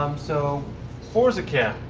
um so forza cam.